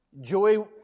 Joy